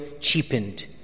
cheapened